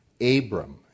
Abram